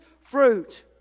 fruit